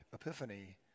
Epiphany